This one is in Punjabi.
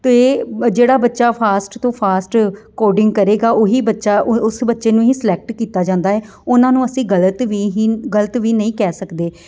ਅਤੇ ਜਿਹੜਾ ਬੱਚਾ ਫਾਸਟ ਤੋਂ ਫਾਸਟ ਕੋਡਿੰਗ ਕਰੇਗਾ ਉਹੀ ਬੱਚਾ ਉਸ ਬੱਚੇ ਨੂੰ ਹੀ ਸਲੈਕਟ ਕੀਤਾ ਜਾਂਦਾ ਏ ਉਹਨਾਂ ਨੂੰ ਅਸੀਂ ਗਲਤ ਵੀ ਹੀ ਗਲਤ ਵੀ ਨਹੀਂ ਕਹਿ ਸਕਦੇ